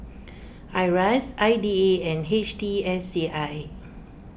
Iras I D A and H T S C I